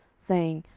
saying,